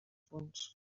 punts